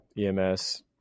EMS